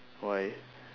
why